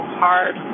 hard